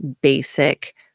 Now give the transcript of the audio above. basic